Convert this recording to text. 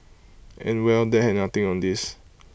and well that had nothing on this